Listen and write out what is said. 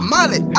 Molly